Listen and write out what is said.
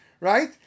right